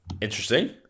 Interesting